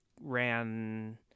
ran